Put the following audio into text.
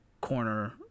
corner